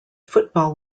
football